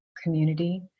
community